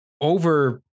over